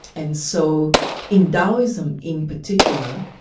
and so in daoism in particular,